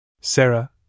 Sarah